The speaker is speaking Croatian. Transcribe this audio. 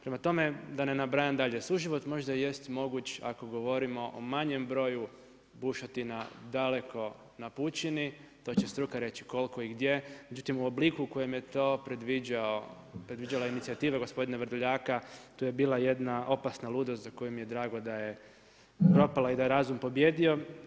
Prema tome, da ne nabrajam dalje, suživot možda jest moguć ako govorimo o manjem broju bušotina daleko na pučini, to će reći struka koliko i gdje, međutim u obliku u kojem je to predviđala inicijativa gospodina Vrdoljaka tu je bila jedna opasna ludost za koju mi je drago da je propala i da je razum pobijedio.